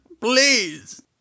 please